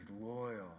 loyal